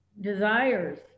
Desires